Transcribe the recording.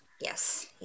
Yes